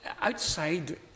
outside